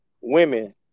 women